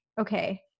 okay